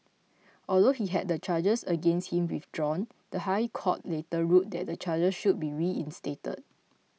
although he had the charges against him withdrawn the High Court later ruled that the charges should be reinstated